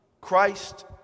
Christ